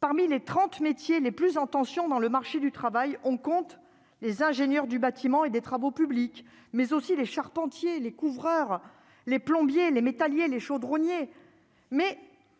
parmi les 30 métiers les plus en tension dans le marché du travail, on compte les ingénieurs du bâtiment et des travaux publics, mais aussi les charpentiers, les couvreurs, les plombiers, les métallier les chaudronniers,